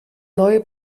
neue